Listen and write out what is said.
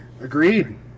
Agreed